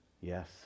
Yes